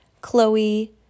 Chloe